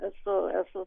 esu esu